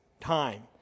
time